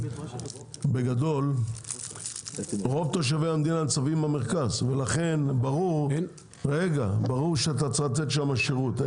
בגדול רוב תושבי המדינה ניצבים במרכז ולכן ברור שאתה צריך לתת שם שירות,